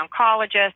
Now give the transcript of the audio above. oncologist